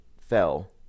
fell